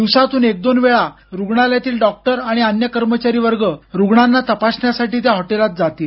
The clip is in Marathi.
दिवसातून एक दोन वेळा रुग्णालयातील डॉक्टर आणि अन्य कर्मचारी वर्ग रुग्णांना तपासण्यासाठी त्या हॉटेलात जातील